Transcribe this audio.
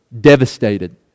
devastated